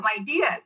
ideas